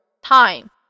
Time